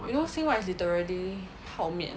you know 兴旺 is literally 泡面